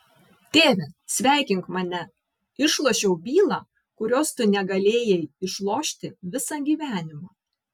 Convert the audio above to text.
tėve sveikink mane išlošiau bylą kurios tu negalėjai išlošti visą gyvenimą